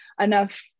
enough